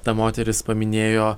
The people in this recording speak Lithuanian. ta moteris paminėjo